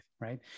right